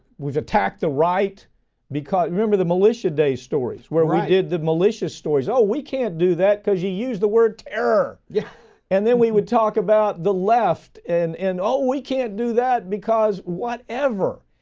we've attacked the right because remember the militia day's stories where we did the militia stories. oh we can't do that because you used the word terror yeah and then we would talk about the left and, and oh we can't do that because whatever.